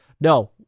No